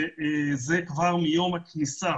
זה כבר מיום הכניסה